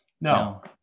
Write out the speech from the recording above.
no